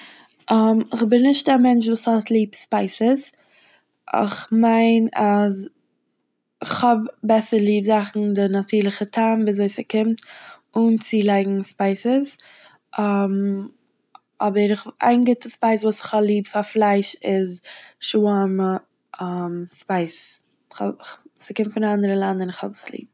איך בין נישט א מענטש וואס האט ליב ספייסעס, איך מיין אז כ'האב בעסער ליב זאכן די נאטורליכע טעם ווי אזוי ס'קומט אן צולייגן ספייסעס, אבער איין גוטע ספייס וואס כ'האב ליב פאר פלייש איז שווארמע ספייס, כ'ה- ס'קומט פון א אנדערע לאנד און כ'האב עס ליב.